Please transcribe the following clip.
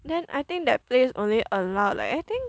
then I think that place only allow like I think